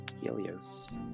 Helios